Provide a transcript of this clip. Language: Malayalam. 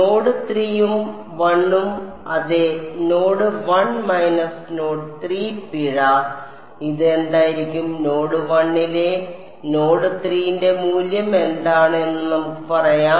നോഡ് 3 ഉം 1 ഉം അതെ നോഡ് 1 മൈനസ് നോഡ് 3 പിഴ ഇത് എന്തായിരിക്കും നോഡ് 1 ലെ നോഡ് 3 ന്റെ മൂല്യം എന്താണ് എന്ന് നമുക്ക് പറയാം